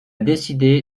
décidé